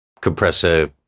compressor